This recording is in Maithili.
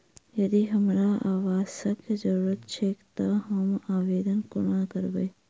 यदि हमरा आवासक जरुरत छैक तऽ हम आवेदन कोना करबै?